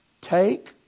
Take